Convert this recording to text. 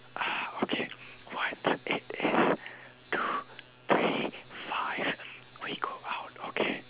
ah okay once it is two three five we go out okay